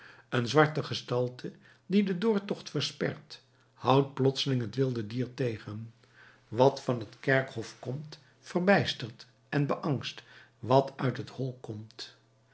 een zwarte gestalte die den doortocht verspert houdt plotseling het wilde dier tegen wat van het kerkhof komt verbijstert en beangst wat uit het hol komt